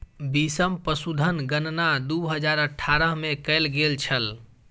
बीसम पशुधन गणना दू हजार अठारह में कएल गेल छल